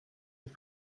mit